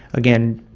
again,